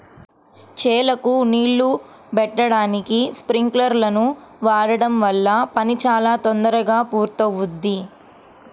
చేలకు నీళ్ళు బెట్టడానికి స్పింకర్లను వాడడం వల్ల పని చాలా తొందరగా పూర్తవుద్ది